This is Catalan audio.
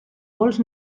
pols